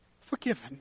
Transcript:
Forgiven